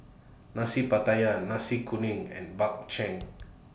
Nasi Pattaya Nasi Kuning and Bak Chang